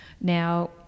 Now